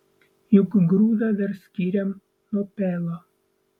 juk grūdą dar skiriam nuo pelo